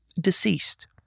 deceased